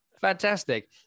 Fantastic